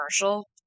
commercial